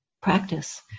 practice